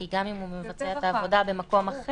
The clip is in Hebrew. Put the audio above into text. כי גם אם הוא מבצע את העבודה במקום אחר,